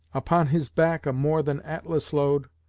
upon his back a more than atlas-load,